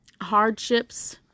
hardships